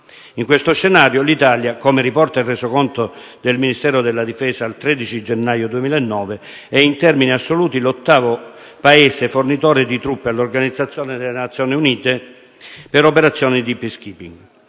In questo scenario, l'Italia, come riporta il resoconto del Ministero della difesa del 13 gennaio 2009, è in termini assoluti l'ottavo Paese fornitore di truppe all'Organizzazione delle Nazioni Unite (ONU) per operazioni di *peacekeeping*,